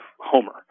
Homer